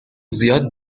زیاد